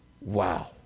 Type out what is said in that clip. Wow